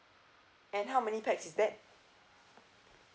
and how many pax is that